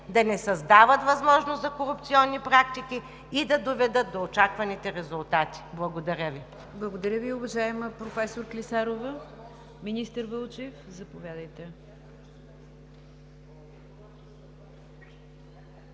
да не създават възможност за корупционни практики и да доведат до очакваните резултати? Благодаря Ви. ПРЕДСЕДАТЕЛ НИГЯР ДЖАФЕР: Благодаря Ви, уважаема професор Клисарова. Министър Вълчев, заповядайте.